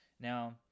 Now